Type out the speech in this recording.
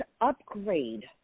upgrade